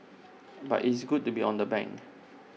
but it's good to be on the bank